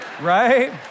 right